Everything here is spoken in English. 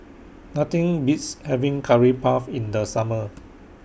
Nothing Beats having Curry Puff in The Summer